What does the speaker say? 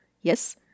Yes